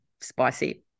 spicy